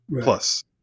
plus